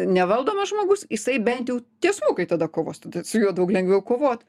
nevaldomas žmogus jisai bent jau tiesmukai tada kovos tada su juo daug lengviau kovot